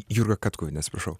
jurga katkuvienė atsiprašau